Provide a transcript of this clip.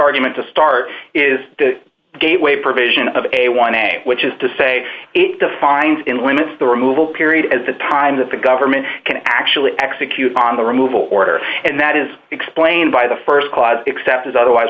argument to start is the gateway provision of a one a which is to say it defined in limits the removal period as the time that the government can actually execute on the removal order and that is explained by the st clause except as otherwise